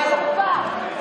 חצופה.